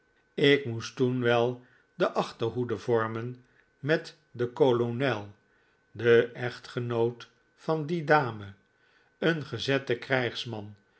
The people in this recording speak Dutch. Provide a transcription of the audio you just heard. ik moest toen wel de achterhoede vormen met den kolonel den echtgenoot van die dame een gezetten krijgsman